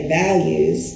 values